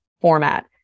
format